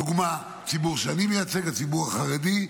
לדוגמה, הציבור שאני מייצג, הציבור החרדי.